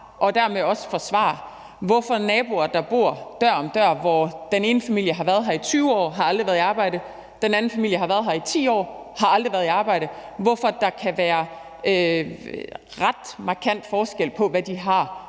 ret markant forskel mellem naboer, der bor dør om dør, og hvor den ene familie har været her i 20 år og aldrig været i arbejde og den anden familie har været her i 10 år og aldrig været i arbejde, i forhold til hvad de har at leve for hver